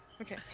Okay